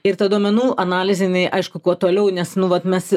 ir ta duomenų analizė jinai aišku kuo toliau nes nu vat mes